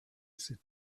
sit